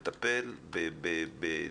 הורים,